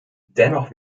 dennoch